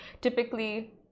typically